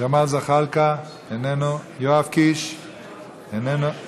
ג'מאל זחאלקה, איננו, יואב קיש מוותר,